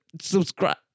Subscribe